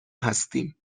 هستیم